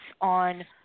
on